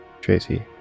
tracy